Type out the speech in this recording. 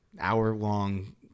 hour-long